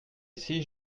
ici